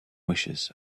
wishes